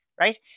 Right